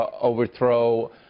overthrow